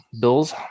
Bills